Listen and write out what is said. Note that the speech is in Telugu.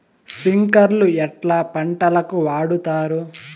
స్ప్రింక్లర్లు ఎట్లా పంటలకు వాడుతారు?